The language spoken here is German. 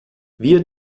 wir